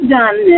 done